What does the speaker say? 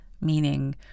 meaning